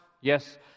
yes